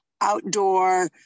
outdoor